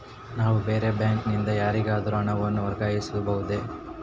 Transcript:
ನಾನು ಬೇರೆ ಬ್ಯಾಂಕ್ ನಿಂದ ಯಾರಿಗಾದರೂ ಹಣವನ್ನು ವರ್ಗಾಯಿಸಬಹುದೇ?